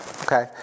Okay